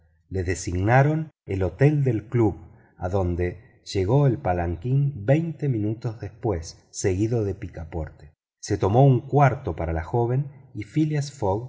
le designaron el hotel del club adonde llegó el palanquín veinte minutos después seguido de picaporte se tomó un cuarto para la joven y phileas